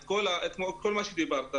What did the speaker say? את כל מה שאמרת